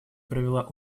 провела